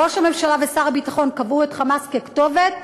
ראש הממשלה ושר הביטחון קבעו את "חמאס" ככתובת.